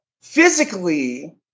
physically